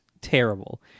terrible